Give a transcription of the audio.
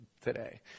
today